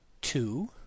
two